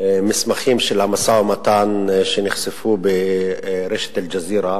המסמכים של המשא-ומתן שנחשפו ברשת "אל-ג'זירה"